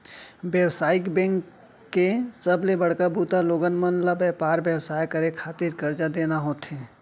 बेवसायिक बेंक के सबले बड़का बूता लोगन मन ल बेपार बेवसाय करे खातिर करजा देना होथे